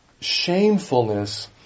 shamefulness